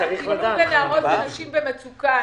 טיפול בנערות ונשים במצוקה,